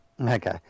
Okay